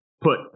put